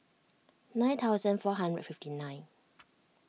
nine thousand four hundred and fifty nine